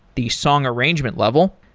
the song arrangement level,